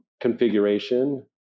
configuration